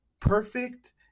perfect